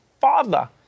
father